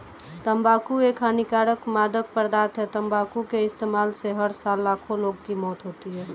तंबाकू एक हानिकारक मादक पदार्थ है, तंबाकू के इस्तेमाल से हर साल लाखों लोगों की मौत होती है